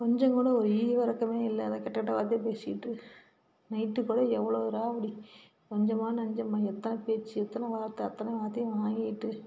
கொஞ்சம்கூட ஒரு ஈவு இரக்கமே இல்லாத கெட்ட கெட்ட வார்த்தையை பேசிக்கிட்டு நைட்டு பகல் எவ்வளோ ராவடி கொஞ்சமா நஞ்சமா எத்தனை பேச்சு எத்தனை வார்த்தை அத்தனை வார்த்தையும் வாங்கிக்கிட்டு